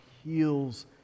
heals